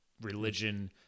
religion